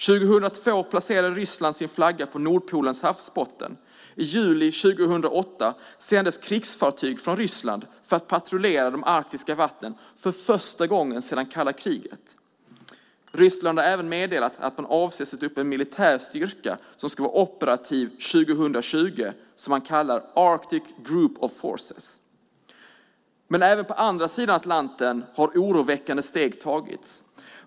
År 2002 placerade Ryssland sin flagga på Nordpolens havsbotten. I juli 2008 sändes krigsfartyg från Ryssland för att patrullera de arktiska vattnen för första gången sedan kalla kriget. Ryssland har även meddelat att man avser att sätta upp en militär styrka - Arctic Group of Forces - som ska vara operativ 2020. Men även på andra sidan Atlanten har oroväckande steg tagits.